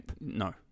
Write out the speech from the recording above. no